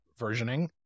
versioning